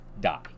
die